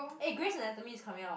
eh Greys Anatomy is coming out